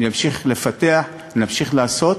נמשיך לפתח, נמשיך לעשות,